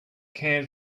can